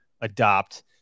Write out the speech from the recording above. adopt